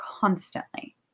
constantly